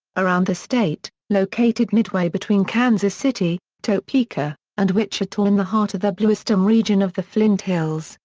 around the state located midway between kansas city, topeka, and wichita in the heart of the bluestem region of the flint hills,